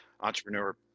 entrepreneur